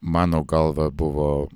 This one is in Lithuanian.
mano galva buvo